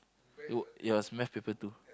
you ya it's math paper two